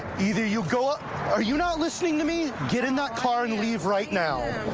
either you go are you not listening to me? get in that car and leave right now.